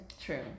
True